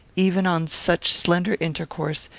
even on such slender intercourse,